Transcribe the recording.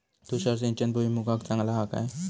तुषार सिंचन भुईमुगाक चांगला हा काय?